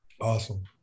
Awesome